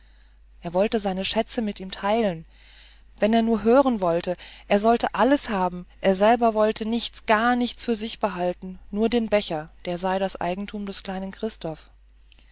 er wollte seine schätze mit ihm teilen wenn er nur hören wollte er sollte alles haben er selber wollte nichts gar nichts für sich behalten nur den becher der sei das eigentum des kleinen christoph